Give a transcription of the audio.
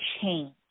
change